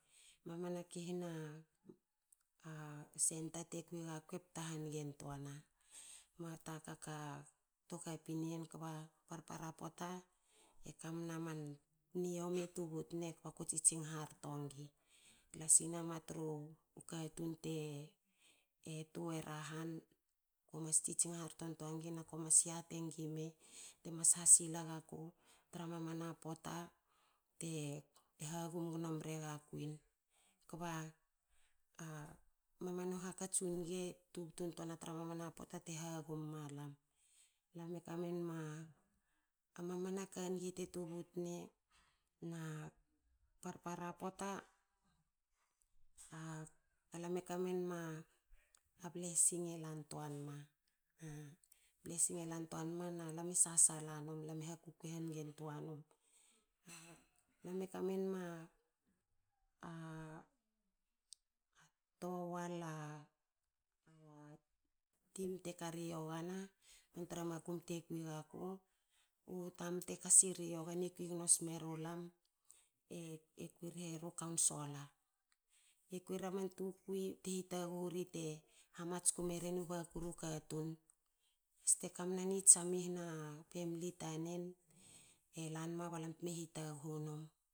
Mamana ki hana centre te kui ga ku e kui hangen tuana. moa ta ka ka kto kapin ien. kba parpara poata e kamna man ni yiomi e tubut ne kba ko tsitsing harto ngi. Lasin nama tru u katun te e tuera han. akue mas tsitsing hartongi na kue mas yatiengi me te mas hasila ga ku tra mamana poata te hagum gno mre ga kwin. Kba mamanu hakats i nge tubtun tuana tra mamanu poata te hagum ma lam. Alam e kamenma a mamana ka nge te tubutne na parpara poata. a. alm e kamenma a blessing e lan tuan ma blessing e lan tuan ma na lam e sasala num alam e hakukui hangen tua num. Alam e kamenma a towal a, a team te kari yogana non tra makum te kui gaku. nu tamta e kasiri yogana e kui gno smeru lam. e e kui rhe ru kaunsola. E kui era man tukui te hitaghu ri te hamatsku meren u baku ru katun. Ste kamna i tsama i hna famli taren. e lanma ba lam teme hitaghu num